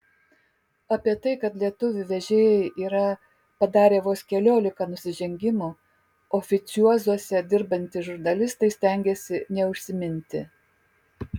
apie tai kad lietuvių vežėjai yra padarę vos keliolika nusižengimų oficiozuose dirbantys žurnalistai stengiasi neužsiminti